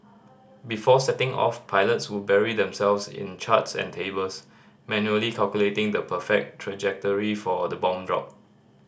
before setting off pilots would bury themselves in charts and tables manually calculating the perfect trajectory for the bomb drop